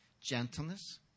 gentleness